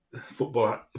football